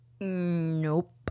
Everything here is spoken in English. Nope